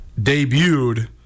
debuted